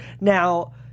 Now